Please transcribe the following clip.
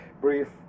brief